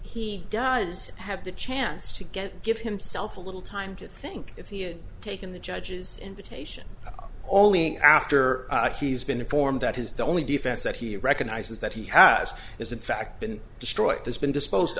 he does have the chance to get give himself a little time to think if he had taken the judge's invitation only after he's been informed that his don't need defense that he recognizes that he has is in fact been destroyed has been disposed